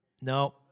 No